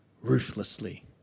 ruthlessly